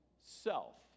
self